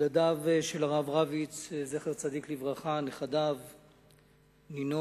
ילדיו של הרב רביץ זצ"ל, נכדיו ונינו,